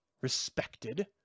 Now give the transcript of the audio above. respected